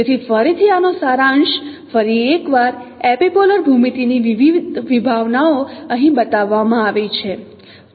તેથી ફરીથી આનો સારાંશ ફરી એકવાર એપિપોલર ભૂમિતિ ની વિવિધ વિભાવનાઓ અહીં બતાવવામાં આવી છે